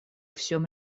всем